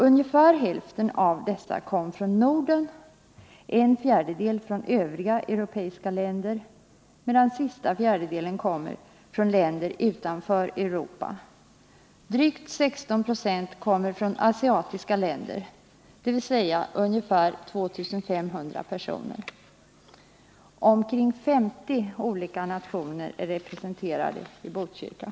Ungefär hälften av dessa kommer från Norden och en fjärdedel från övriga europeiska länder, medan den sista fjärdedelen kommer från länder utanför Europa. Drygt 16 76 kommer från asiatiska länder, dvs. ungefär 2 500 personer. Omkring 50 olika nationer är representerade i Botkyrka.